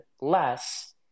less